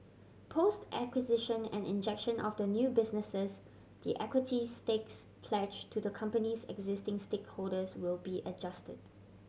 post acquisition and injection of the new businesses the equity stakes pledged to the company's existing stakeholders will be adjusted